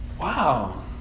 Wow